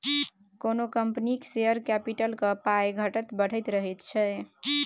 कोनो कंपनीक शेयर कैपिटलक पाइ घटैत बढ़ैत रहैत छै